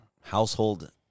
household